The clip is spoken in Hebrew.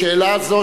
שאלה זו,